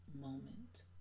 moment